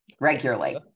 regularly